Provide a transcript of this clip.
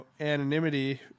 anonymity